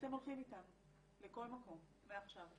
אתם הולכים איתנו לכל מקום מעכשיו.